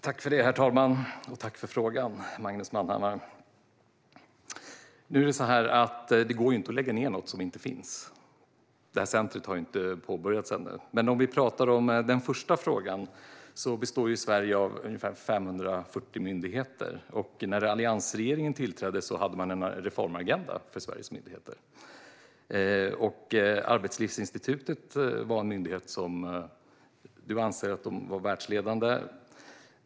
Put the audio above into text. Herr talman! Jag tackar Magnus Manhammar för frågan. Det går inte att lägga ned något som inte finns. Detta center har inte påbörjats än. När det gäller den första frågan har Sverige ungefär 540 myndigheter. När alliansregeringen tillträdde hade man en reformagenda för Sveriges myndigheter. Arbetslivsinstitutet var en myndighet som du anser var världsledande.